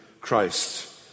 Christ